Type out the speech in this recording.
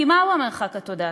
כי מהו המרחק התודעתי?